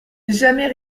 jamais